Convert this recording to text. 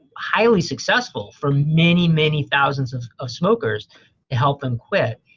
highly successful for many, many thousands of of smokers to help them quit.